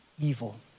evil